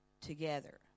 together